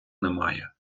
немає